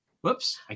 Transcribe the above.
Whoops